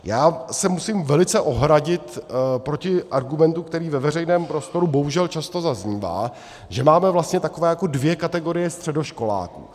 Já se musím velice ohradit proti argumentu, který ve veřejném prostoru bohužel často zaznívá, že máme vlastně takové jako dvě kategorie středoškoláků.